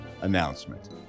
announcement